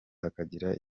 hakagira